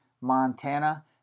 Montana